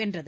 வென்றது